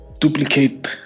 duplicate